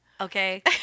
Okay